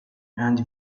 and